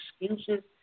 excuses